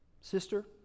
sister